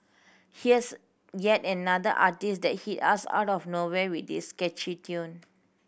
here's yet another artiste that hit us out of nowhere with this catchy tune